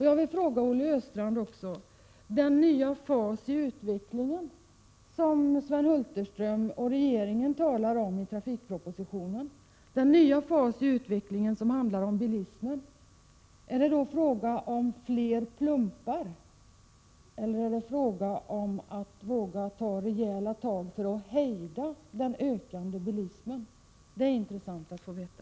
Jag vill fråga Olle Östrand om den nya fas i utvecklingen, som Sven Hulterström och regeringen talar om i trafikpropositionen, som handlar om bilismen: är det då fråga om flera plumpar, eller är det fråga om att våga ta rejäla tag för att hejda den ökande bilismen? Det vore intressant att få veta.